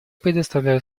предоставляю